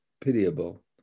pitiable